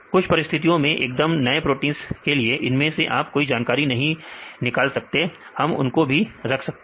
कुछ परिस्थितियों में एकदम नए प्रोटींस के लिए इनमें से आप कोई जानकारी नहीं निकाल सकते हम उनको भी रखते हैं